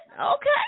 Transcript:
Okay